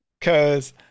cause